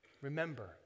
Remember